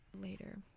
later